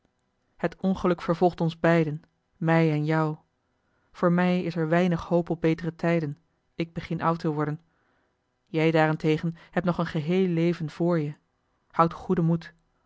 het ongeluk vervolgt ons beiden mij en jou voor mij is er weinig hoop op betere tijden ik begin oud te worden jij daarentegen hebt nog een geheel leven vr je houd goeden moed